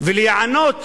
להיענות